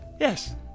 Yes